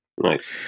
Nice